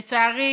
לצערי,